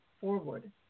forward